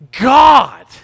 God